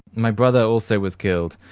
my brother also was killed.